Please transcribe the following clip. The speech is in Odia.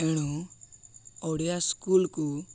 ଏଣୁ ଓଡ଼ିଆ ସ୍କୁଲକୁ